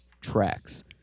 tracks